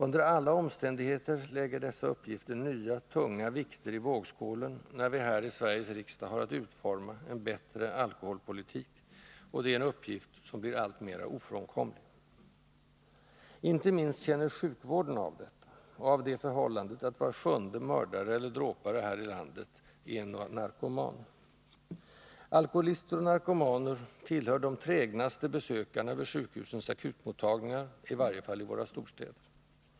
Under alla omständigheter lägger dessa uppgifter nya, tunga vikter i vågskålen när vi här i Sveriges riksdag har att utforma en bättre alkoholpolitik — en uppgift som blir alltmer ofrånkomlig. Inte minst sjukvården känner av detta och av det förhållandet att var sjunde mördare eller dråpare här i landet är en narkoman. Alkoholister och narkomaner tillhör de trägnaste besökarna vid sjukhusens akutmottagningar, i varje fall i våra storstäder.